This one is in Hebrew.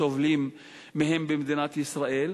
סובלים מהן במדינת ישראל,